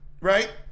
Right